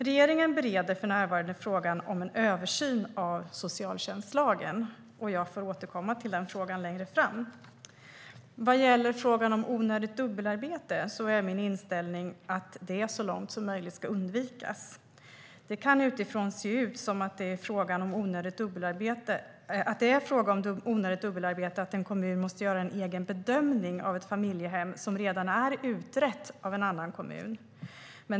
Regeringen bereder för närvarande frågan om en översyn av socialtjänstlagen. Jag får återkomma i frågan längre fram. Vad gäller frågan om onödigt dubbelarbete är min inställning att det så långt möjligt ska undvikas. Det kan utifrån se ut som om det är frågan om onödigt dubbelarbete att en kommun måste göra en egen bedömning av ett familjehem som redan är utrett av annan kommun.